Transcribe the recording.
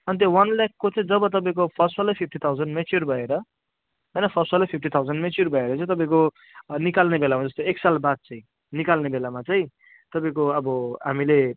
अनि त्यो वान लाखको चाहिँ जब तपाईँको फर्स्ट वाला फिफ्टी थाउजन्ड मेच्युर भएर होइन फर्स्ट वाला फिफ्टी थाउजन्ड चाहिँ मेच्युर भएर चाहिँ तपाईँको निकाल्ने बेलामा चाहिँ जस्तो एक साल बाद चाहिँ निकाल्ने बेलामा चाहिँ तपाईँको अब हामीले